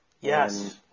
Yes